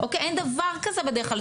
אין דבר כזה בדרך כלל,